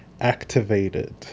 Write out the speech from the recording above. activated